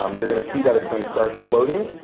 um you're going to see that it's going to start floating.